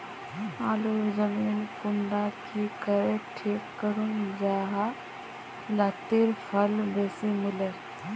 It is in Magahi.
आलूर जमीन कुंडा की करे ठीक करूम जाहा लात्तिर फल बेसी मिले?